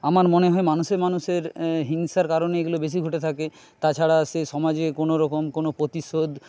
আমার মনে হয় মানুষে মানুষের হিংসার কারণে এগুলো বেশি ঘটে থাকে তাছাড়া সে সমাজে কোনোরকম কোনো প্রতিশোধ